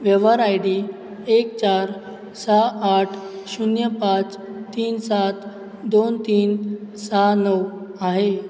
व्यवहार ID एक चार सहा आठ शून्य पाच तीन सात दोन तीन सहा नऊ आहे